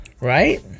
...right